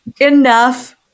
enough